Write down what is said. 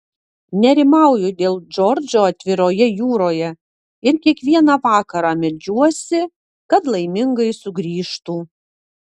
nerimauju dėl džordžo atviroje jūroje ir kiekvieną vakarą meldžiuosi kad laimingai sugrįžtų